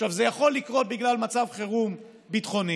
עכשיו, זה יכול לקרות בגלל מצב חירום ביטחוני,